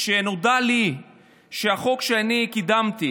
כשנודע לי שהחוק שאני קידמתי